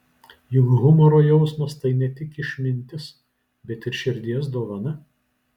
juk humoro jausmas tai ne tik išmintis bet ir širdies dovana